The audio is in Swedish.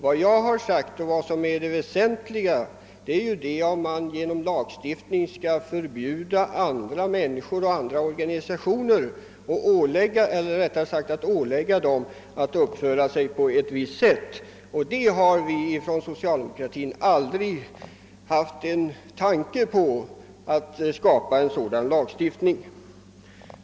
Vad jag anser vara väsentligt är frågan huruvida man genom lagstiftning skall ålägga människor och organisationer att uppföra sig på visst sätt. Socialdemokratin har aldrig haft en tanke på att skapa en sådan lagstiftning för första maj.